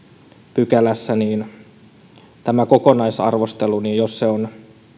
pykälässä kokonaisarvostelussa jos se on